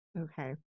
Okay